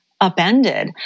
upended